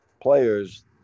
players